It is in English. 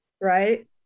right